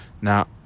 Now